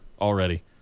already